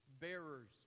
bearers